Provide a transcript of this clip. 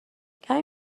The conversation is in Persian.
کمی